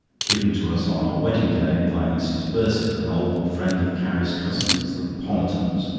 given to us on our wedding day by mrs. burtsett, an old friend of carrie's cousins, the pommertons,